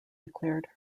declared